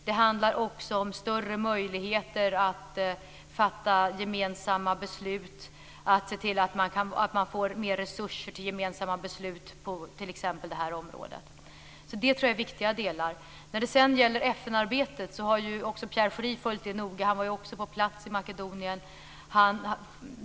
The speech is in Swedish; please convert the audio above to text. Det handlar också om större möjligheter att fatta gemensamma beslut, t.ex. att se till att man får mer resurser till gemensamma beslut på detta område. Det är viktiga delar. Pierre Schori har följt FN-arbetet noga. Han var också på plats i Makedonien.